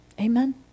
Amen